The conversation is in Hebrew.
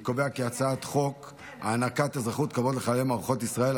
חוק הענקת אזרחות כבוד לחללי מערכות ישראל,